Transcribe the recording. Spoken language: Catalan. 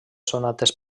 sonates